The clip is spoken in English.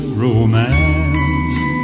romance